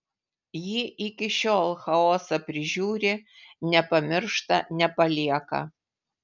ji iki šiol chaosą prižiūri nepamiršta nepalieka